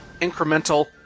incremental